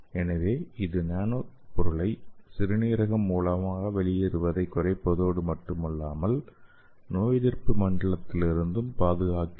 எனவே இது நானோ பொருளை சிறுநீரகம் மூலமாக வெளியேறுவதை குறைப்பதோடு மட்டுமல்லாமல் நோயெதிர்ப்பு மண்டலத்திலிருந்தும் பாதுகாக்கிறது